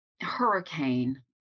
hurricane